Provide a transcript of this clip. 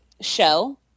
show